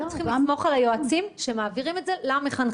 אנחנו צריכים לסמוך על היועצים שמעבירים את זה למחנכים,